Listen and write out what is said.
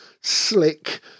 slick